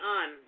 on